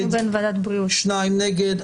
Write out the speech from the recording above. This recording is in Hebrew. שניים נגד.